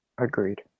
Agreed